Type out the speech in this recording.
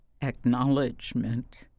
acknowledgement